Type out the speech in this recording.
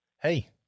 hey